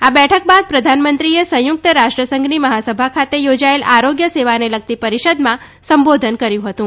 આ બેઠક બાદ પ્રધાનમંત્રીએ સંયુકગ્ત રાષ્ટ્રસંઘની મહાસભા ખાતે યોજાયેલ આરોગ્ય સેવાને લગતી પરિષદમાં સંબોધન કર્યું હતું